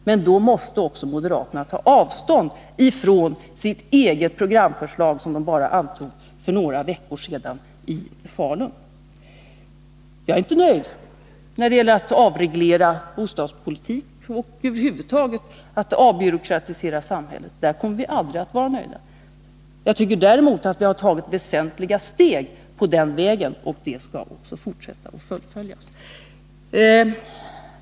Men då måste också moderaterna ta avstånd från sitt eget programförslag, som de antog för bara några veckor sedan i Falun. Jag är inte nöjd när det gäller att avreglera bostadspolitiken och över huvud taget att avbyråkratisera samhället. Där kommer vi aldrig att vara nöjda. Jag tycker däremot att vi har tagit väsentliga steg på den vägen, och den skall också fortsättas och fullföljas.